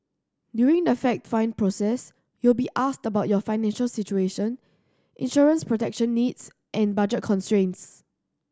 during the fact find process you will be asked about your financial situation insurance protection needs and budget constraints